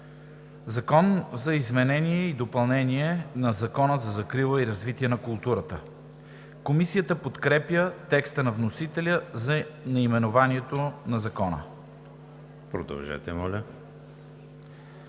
„Закон за изменение и допълнение на Закона за закрила и развитие на културата“. Комисията подкрепя текста на вносителя за наименованието на Закона. Комисията